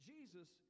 Jesus